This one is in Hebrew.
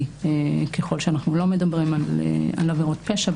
ככל שאנחנו לא מדברים על עבירות פשע.